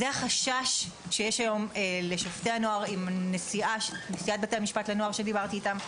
זה החשש שיש היום לשופטי הנוער עם נשיאת בתי המשפט לנוער שדיברתי איתם.